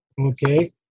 Okay